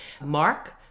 Mark